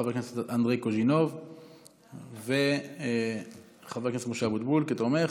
חבר הכנסת אנדרי קוז'ינוב וחבר הכנסת משה אבוטבול כתומכים,